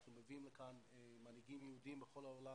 אנחנו מביאים לכאן מנהיגים יהודיים מכל העולם